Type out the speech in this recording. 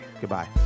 Goodbye